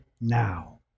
now